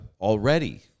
already